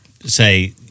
say